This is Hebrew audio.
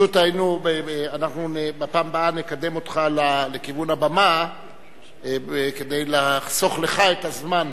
פשוט אנחנו בפעם הבאה נקדם אותך לכיוון הבמה כדי לחסוך לך את הזמן.